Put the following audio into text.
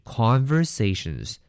conversations